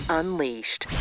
unleashed